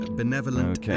benevolent